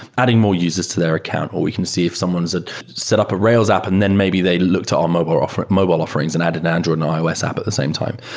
adding more users to their account, or we can see if someone's ah set up a rails app and then maybe they look to our mobile offerings mobile offerings and add an android and ios app at the same time.